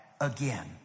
again